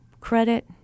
credit